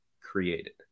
created